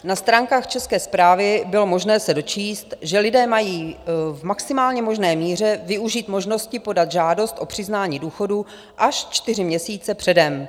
Na stránkách České správy bylo možné se dočíst, že lidé mají v maximálně možné míře využít možnosti podat žádost o přiznání důchodu až čtyři měsíce předem.